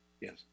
yes